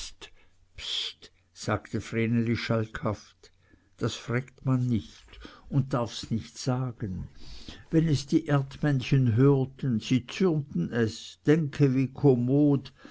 bst sagte vreneli schalkhaft das frägt man nicht und darfs nicht sagen wenn es die erdmännchen hörten sie zürnten es denke wie